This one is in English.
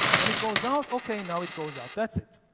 when it goes out, okay, now it goes out. that's it,